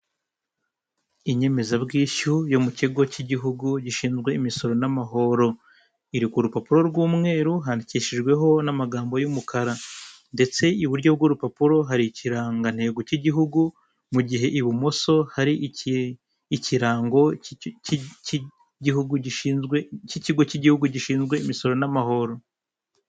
Inyemezabwishyu yo mu kigo cy'igihugu gishinzwe imisoro n'amahoro. Iri ku rupapuro rw'umweru handikishijweho n'amagambo y'umukara, ndetse iburyo bw'urupapuro hari ikirangantego cy'igihugu, mu gihe ibumoso hari ikirango cy'ikigo cy'igihugu gishinzwe imisoro n'amahoro.